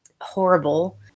horrible